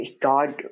God